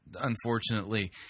unfortunately